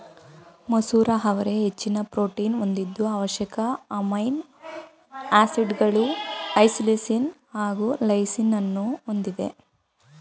ಮಸೂರ ಅವರೆ ಹೆಚ್ಚಿನ ಪ್ರೋಟೀನ್ ಹೊಂದಿದ್ದು ಅವಶ್ಯಕ ಅಮೈನೋ ಆಸಿಡ್ಗಳು ಐಸೋಲ್ಯೂಸಿನ್ ಹಾಗು ಲೈಸಿನನ್ನೂ ಹೊಂದಿದೆ